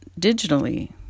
digitally